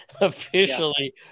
officially